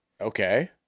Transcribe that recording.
okay